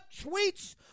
tweets